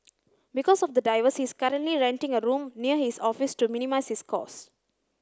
because of the diverse he is currently renting a room near his office to minimise his cost